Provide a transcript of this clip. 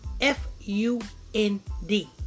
F-U-N-D